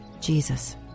Jesus